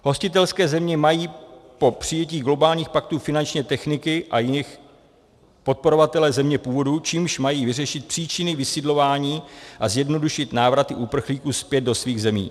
Hostitelské země mají po přijetí globálních paktů finančně, technicky a jinak podporovat země původu, čímž mají vyřešit příčiny vysidlování a zjednodušit návraty uprchlíků zpět do svých zemí.